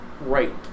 right